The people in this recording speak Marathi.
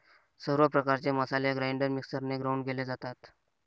सर्व प्रकारचे मसाले ग्राइंडर मिक्सरने ग्राउंड केले जातात